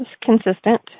consistent